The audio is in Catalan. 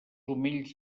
omells